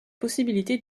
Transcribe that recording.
possibilité